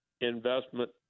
investment